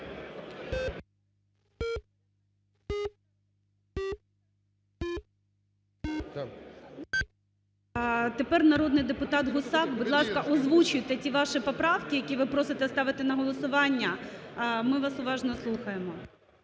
Тепер народний депутат Гусак, будь ласка, озвучуйте ті ваші поправки, які ви просити ставити на голосування. Ми вас уважно слухаємо.